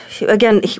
again